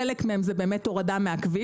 חלק מהם זה באמת הורדה מהכביש.